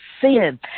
sin